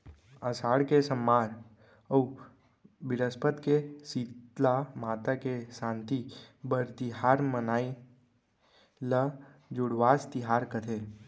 असाड़ के सम्मार अउ बिरस्पत के सीतला माता के सांति बर तिहार मनाई ल जुड़वास तिहार कथें